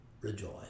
rejoice